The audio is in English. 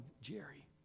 Jerry